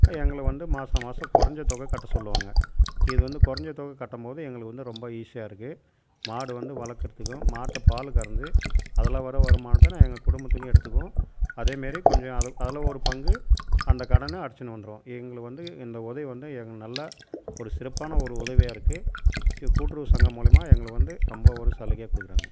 எங்களுக்கு வந்து மாத மாதம் குறஞ்ச தொகை கட்ட சொல்லுவாங்க இது வந்து குறஞ்ச தொகை கட்டும்போது எங்களுக்கு வந்து ரொம்ப ஈஸியாக இருக்கு மாடு வந்து வளர்க்குறதுக்கும் மாட்டை பாலு கறந்து அதில் வர வருமானத்தை நான் எங்கள் குடும்பத்துக்கும் எடுத்துக்குவோம் அதே மாரி கொஞ்சம் அதில் ஒரு பங்கு அந்த கடனும் அடைச்சி வந்துருவோம் எங்களுக்கு வந்து இந்த உதவி வந்து எங்கள் நல்ல ஒரு சிறப்பான ஒரு உதவியாக இருக்கு கூட்டுறவு சங்கம் மூலியமாக எங்களுக்கு வந்து ரொம்ப ஒரு சலுகை கொடுக்குறாங்க